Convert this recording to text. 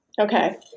Okay